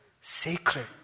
sacred